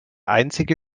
einzige